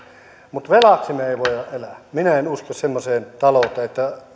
mutta velaksi me emme voi elää minä en usko semmoiseen talouteen että